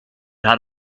had